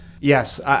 Yes